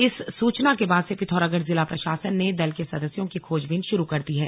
इस सूचना के बाद से पिथौरागढ़ जिला प्रशासन ने दल के सदस्यों की खोजबीन शुरू कर दी है